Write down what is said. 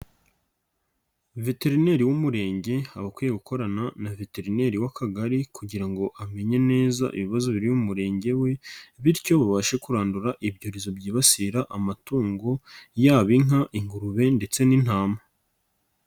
Veterineri w'umurenge aba akwiye gukorana na veterineri w'akagari kugira ngo amenye neza ibibazo biri mu murenge we, bityo babashe kurandura ibyorezo byibasira amatungo, yaba inka, ingurube ndetse n'intama.